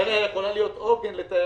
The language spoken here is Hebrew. טבריה יכולה להיות עוגן לתיירות.